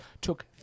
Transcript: took